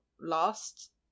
last